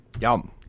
Yum